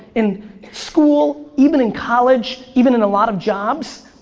in school, even in college, even in a lot of jobs?